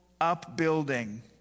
upbuilding